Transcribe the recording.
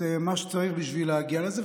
מה שצריך בשביל להגיע לזה.